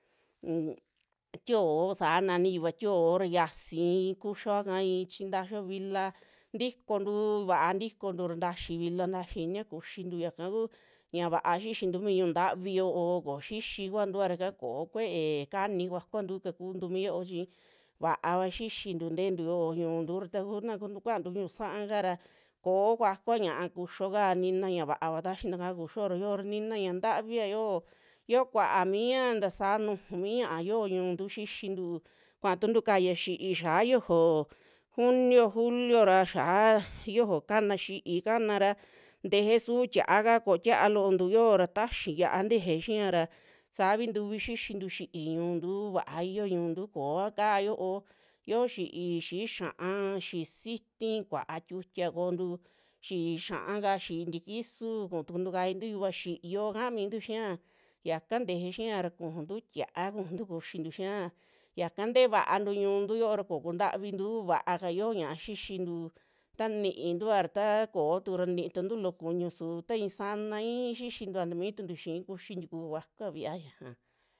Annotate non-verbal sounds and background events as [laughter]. Unk [unintelligible] tio'o saa nani yuva tio'o ra xiasi kuxioa kaa i'i chintaxio vilaa, tikontu va'a tikontu ra ntaxi vilaa, ntaxi inia kuxintu yakaku ñiaa vaa xixintu mii ñu'u ntavi yo'o koxixi kuantua ra yaka koo kue'e kani kuakuantu kakuntu mii yoo chi, vaava xixintu teentu yo'o ñu'untu ra taku na kuu kuaanu ñu'un sa'a kara ko'o kuakua ñiaa kuxio kaa, nina ñaa va'ava taxinaka kuxio ra xio ra ninan ñiaa ntavia yoo, yo'o kuaa miña tasaa nuju mi ñaa xio mi ñuntu xixintu, kuaa tuntu kaya xii'xi xia yojo junio, julio ra xia yojo kana xii'i kanara teje su tia'a kaa, ko'o tia'a loontu yoora taxi yia'a nteje xiña ra savi ntuvi xixintu xii'i ñuntu vaa iyo ñuntu, kooa kaa yo'o yio xii'i, xii'i xia'a, xii'i siti kuaa tiutia ko'ontu, xii'i xia'aka, xii'i tikisu kuu tukuntu kayantu yuva xiiyo kaa mintu xia, yaka teje xia ra kujuntu tia'a, kujuntu kuxintu xia yaka ntee vaantu ñu'untu yoo ra koo kuntavintu vaaka yo'o ñaa xixintu, ta nininua ra taa kootu ra ninitantu loo kuñu su ta i'i sanai xixintua tami tuntu xii kuxi tiiku kuakuaia ñiaja.